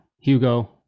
Hugo